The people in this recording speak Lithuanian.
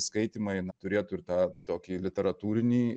skaitymai na turėtų ir tą tokį literatūrinį